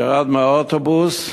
ירד מהאוטובוס,